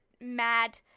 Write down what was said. mad